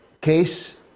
case